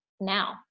now